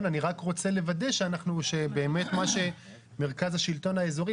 אני רק רוצה לוודא שבאמת מה שמרכז השלטון האזורי,